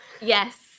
Yes